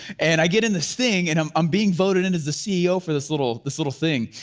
and i get in this thing and i'm um being voted in as the ceo for this little, this little thing.